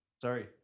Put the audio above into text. sorry